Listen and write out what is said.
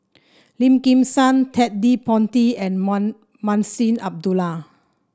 Lim Kim San Ted De Ponti and Mun Munshi Abdullah